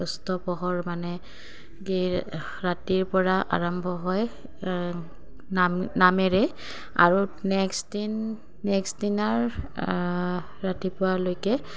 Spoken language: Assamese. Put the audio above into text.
অস্তপহৰ মানে কি ৰাতিৰপৰা আৰম্ভ হয় নাম নামেৰে আৰু নেক্সট দিনাৰ নেক্সট দিনাৰ ৰাতিপুৱালৈকে